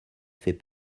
fait